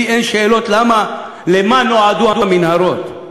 לי אין שאלות למה נועדו המנהרות,